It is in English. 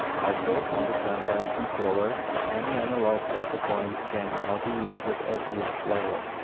also, on the sunblind controller any analog data point can now be used as lux level.